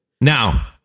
Now